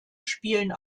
spielen